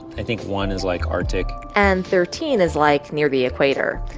i think one is, like, arctic and thirteen is, like, near the equator.